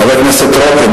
חבר הכנסת רותם,